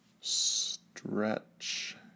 stretch